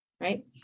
right